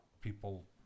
people